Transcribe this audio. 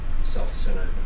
self-centered